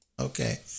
Okay